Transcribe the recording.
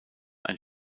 ein